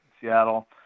Seattle